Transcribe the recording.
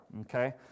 okay